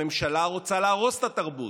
הממשלה רוצה להרוס את התרבות.